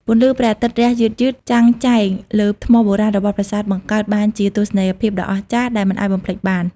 ពន្លឺព្រះអាទិត្យរះយឺតៗចាំងចែងលើថ្មបុរាណរបស់ប្រាសាទបង្កើតបានជាទស្សនីយភាពដ៏អស្ចារ្យដែលមិនអាចបំភ្លេចបាន។